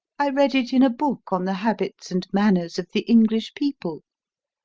i read it in a book on the habits and manners of the english people.